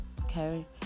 okay